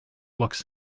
looks